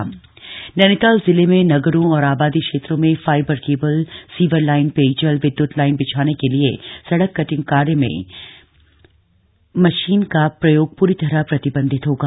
JCB बम नव्रीताल जिले में नगरों और आबादी क्षेत्रों में फाइबर केबल सीवर लाइन पेयजल विद्युत लाइन बिछाने के लिए सड़क कटिंग कार्य में मशीन का प्रयोग पूरी तरह प्रतिबंधित होगा